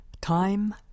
Time